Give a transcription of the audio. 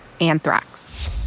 Anthrax